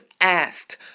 asked